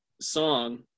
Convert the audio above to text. song